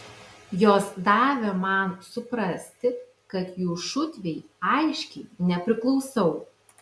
jos davė man suprasti kad jų šutvei aiškiai nepriklausau